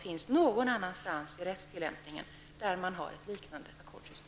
Finns det någon instans i rättstillämpningen med ett liknande ackordssystem?